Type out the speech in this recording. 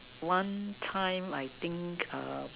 one time I think err